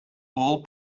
all